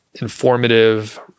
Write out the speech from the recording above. informative